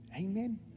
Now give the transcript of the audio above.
Amen